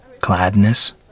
Gladness